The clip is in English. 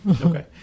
Okay